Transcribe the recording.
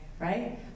Right